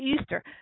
Easter